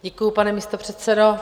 Děkuji, pane místopředsedo.